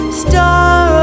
star